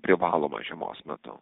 privaloma žiemos metu